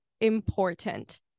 important